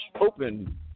Open